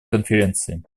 конференции